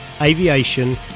aviation